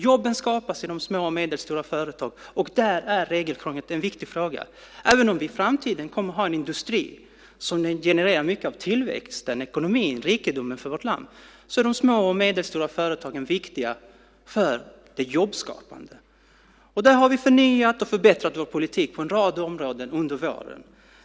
Jobben skapas i de små och medelstora företagen, och där är regelkrånglet en viktig fråga. Även om vi i framtiden kommer att ha en industri som genererar mycket av tillväxten, ekonomin och rikedomen för vårt land är de små och medelstora företagen viktiga för jobbskapandet. Där har vi förnyat och förbättrat vår politik på en rad områden under våren.